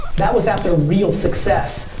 that was after real success,